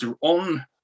on